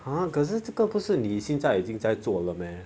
!huh! 可是这个不是你现在已经在做 meh